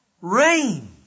rain